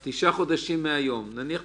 נניח תשעה חודשים מהיום,